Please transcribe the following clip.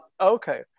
Okay